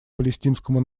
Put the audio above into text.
палестинскому